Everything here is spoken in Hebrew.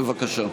בבקשה.